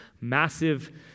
massive